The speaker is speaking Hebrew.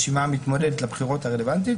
הרשימה המתמודד לבחירות הרלוונטית.